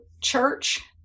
Church